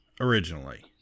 originally